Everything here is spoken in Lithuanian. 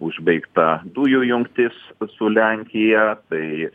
užbaigta dujų jungtis su lenkija tai